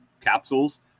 capsules